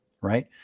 Right